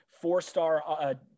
four-star